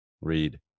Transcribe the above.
Read